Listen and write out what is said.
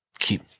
Keep